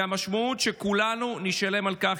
והמשמעות היא שכולנו נשלם על כך,